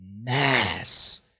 mass